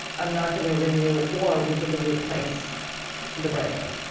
i'm not going to renew or we're going to replace the writer.